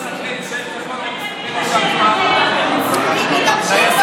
שש דקות, מיקי, תמשיך לדבר.